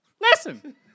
listen